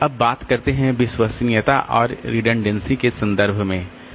अब बात करते हैं विश्वसनीयता और रिडण्डेंसी के संदर्भ में